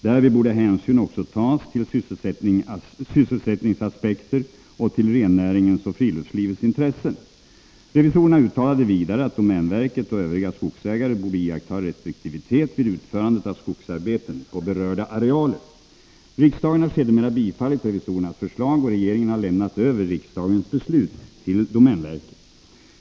Därvid borde hänsyn också tas till sysselsättningsaspekter och till rennäringens och friluftslivets intressen. Revisorerna uttalade vidare att domänverket och övriga skogsägare borde iaktta restriktivitet vid utförandet av skogsarbeten på berörda arealer. Riksdagen har sedermera bifallit revisorernas förslag, och regeringen har lämnat över riksdagens beslut till domänverket.